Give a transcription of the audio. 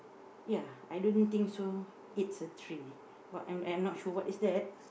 ya I don't think so it's a tree but I'm not sure what is that